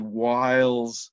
wiles